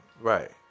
Right